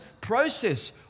process